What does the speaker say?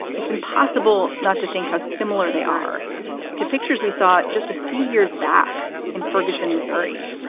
it's impossible not to think how similar they are to pictures we saw just a few years back in ferguson, missouri.